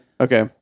Okay